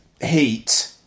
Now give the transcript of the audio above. Heat